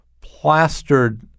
plastered